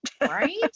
Right